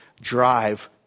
drive